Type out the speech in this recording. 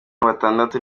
batandatu